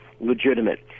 legitimate